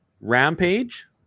Rampage